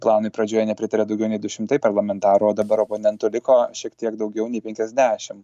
planui pradžioje nepritarė daugiau nei du šimtai parlamentarų o dabar oponentų liko šiek tiek daugiau nei penkiasdešim